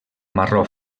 marró